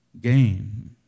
gain